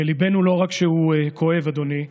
ליבנו לא רק שהוא כואב, אדוני,